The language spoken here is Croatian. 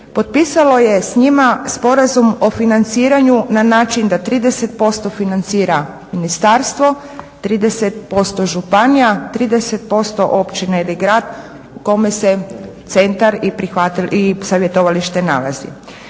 potpisalo je s njima sporazum o financiranju na način da 30% financira ministarstvo, 30% županija, 30% općina ili grad u kome centar i savjetovalište nalazi,